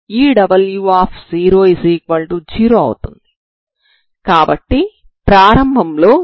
wx00 కాబట్టి Ew00 అవుతుంది సరేనా